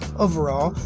overall,